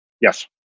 Yes